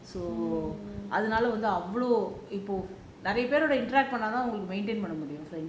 so அதுனால வந்து அவ்ளோ இப்போ நிறைய பேரோட:athunaala vanthu avlo ippo niraiya peroda:பண்ணுனாதான் உங்களுக்கு பண்ண முடியும்:pannunaathaan ungalukku panna mudiyum